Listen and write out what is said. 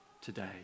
today